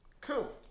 Cool